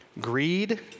greed